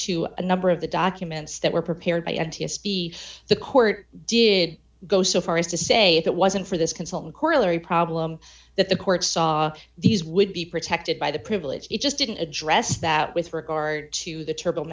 to a number of the documents that were prepared by n t s b the court did go so far as to say if it wasn't for this consultant corollary problem that the court saw these would be protected by the privilege it just didn't address that with regard to the t